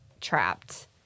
trapped